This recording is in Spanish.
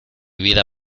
vida